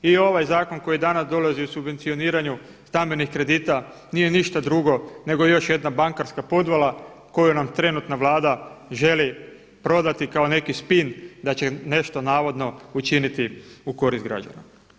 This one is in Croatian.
I ovaj zakon koji danas dolazi u subvencioniranju stambenih kredita nije ništa drugo nego još jedna bankarska podvala koju nam trenutna Vlada želi prodati kao neki spin da će nešto navodno učiniti u korist građana.